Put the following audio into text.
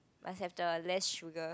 must have the less sugar